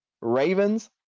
Ravens